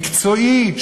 מקצועי,